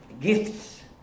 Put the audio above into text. gifts